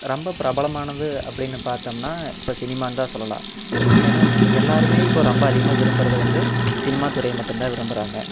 ரொம்ப பிரபலமானது அப்படின்னு பார்த்தோம்னா இப்போ சினிமான்னு தான் சொல்லலாம் ஏனா எல்லோருமே இப்போ ரொம்ப அதிகமாக விரும்புவது வந்து சினிமாத் துறையை மட்டும்தான் விரும்புகிறாங்க